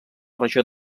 regió